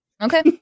Okay